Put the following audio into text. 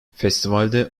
festivalde